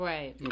Right